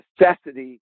necessity